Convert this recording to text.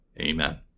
Amen